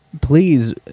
please